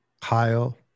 Kyle